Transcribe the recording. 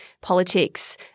politics